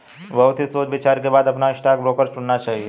बहुत ही सोच विचार के बाद अपना स्टॉक ब्रोकर चुनना चाहिए